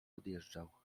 odjeżdżał